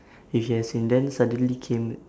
you should have seen then suddenly came